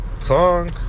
song